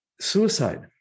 Suicide